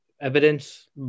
evidence